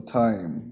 time